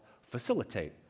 facilitate